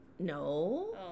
No